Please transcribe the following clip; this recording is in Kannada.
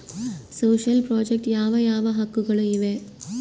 ಸೋಶಿಯಲ್ ಪ್ರಾಜೆಕ್ಟ್ ಯಾವ ಯಾವ ಹಕ್ಕುಗಳು ಇವೆ?